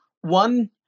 one